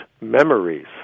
memories